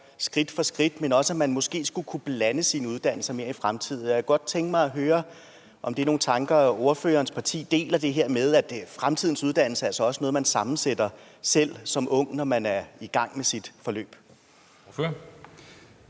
skridt for skridt, men at man måske også skulle kunne blande sine uddannelser mere i fremtiden. Jeg kunne godt tænke mig at høre, om det er nogle tanker, ordførerens parti deler, altså det her med, at fremtidens uddannelse også er noget, man som ung selv sammensætter, når man er i gang med sit forløb. Kl.